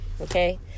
Okay